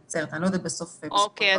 --- אוקיי.